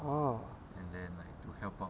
oh